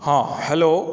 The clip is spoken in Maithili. हँ हेलो